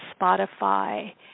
Spotify